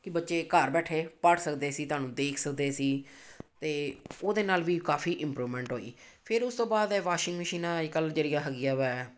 ਕੀ ਬੱਚੇ ਘਰ ਬੈਠੇ ਪੜ੍ਹ ਸਕਦੇ ਸੀ ਤੁਹਾਨੂੰ ਦੇਖ ਸਕਦੇ ਸੀ ਅਤੇ ਉਹਦੇ ਨਾਲ ਵੀ ਕਾਫੀ ਇੰਪਰੂਵਮੈਂਟ ਹੋਈ ਫਿਰ ਉਸ ਤੋਂ ਬਾਅਦ ਇਹ ਵਾਸ਼ਿੰਗ ਮਸ਼ੀਨਾਂ ਅੱਜ ਕੱਲ੍ਹ ਜਿਹੜੀਆਂ ਹੈਗੀਆ ਹੈ